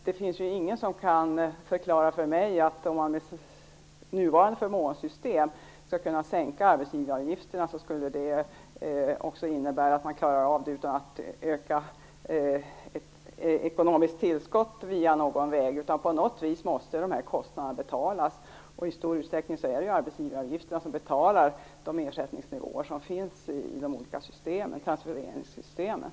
Det finns ju ingen som kan förklara för mig hur man med nuvarande förmånssystem skall klara av att sänka arbetsgivaravgifterna utan att ge ett ökat ekonomiskt tillskott via någon väg, utan kostnaderna måste på något sätt betalas. Det är ju i stor utsträckning arbetsgivaravgifterna som betalar de ersättningsnivåer som finns i de olika transfereringssystemen.